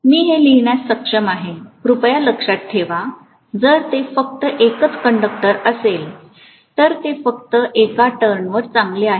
मी हे लिहीण्यास सक्षम आहे कृपया लक्षात ठेवा जर ते फक्त एकच कंडक्टर असेल तर ते फक्त एका टर्न वर चांगले आहे